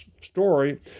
story